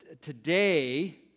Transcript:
today